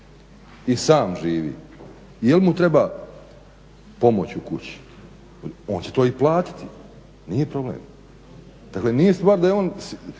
i sam živi. Jel mu treba pomoć u kući? On će to i platiti, nije problem. Dakle, nije stvar da je on